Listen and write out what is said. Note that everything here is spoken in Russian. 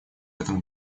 этом